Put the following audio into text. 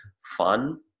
fun